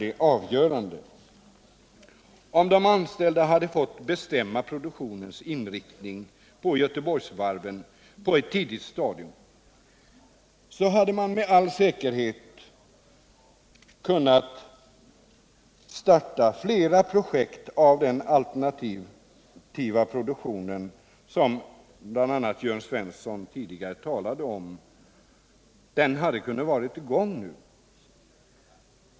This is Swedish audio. Om de anställda på ett tidigt stadium hade fått bestämma produktionens inriktning på Göteborgsvarven, hade med all säkerhet flera projekt av den alternativa produktionen, som bl.a. Jörn Svensson tidigare talade om, nu varit i gång.